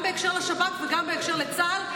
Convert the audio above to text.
גם בקשר לשב"כ וגם בקשר לצה"ל.